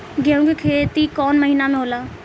गेहूं के खेती कौन महीना में होला?